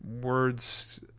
words